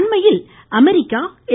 அண்மையில் அமெரிக்கா எ